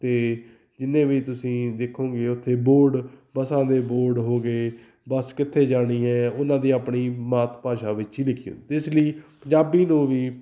ਅਤੇ ਜਿੰਨੇ ਵੀ ਤੁਸੀਂ ਦੇਖੋਗੇ ਉੱਥੇ ਬੋਰਡ ਬੱਸਾਂ ਦੇ ਬੋਰਡ ਹੋ ਗਏ ਬੱਸ ਕਿੱਥੇ ਜਾਣੀ ਹੈ ਉਹਨਾਂ ਦੀ ਆਪਣੀ ਮਾਤ ਭਾਸ਼ਾ ਵਿੱਚ ਹੀ ਦੇਖੀ ਅਤੇ ਇਸ ਲਈ ਪੰਜਾਬੀ ਨੂੰ ਵੀ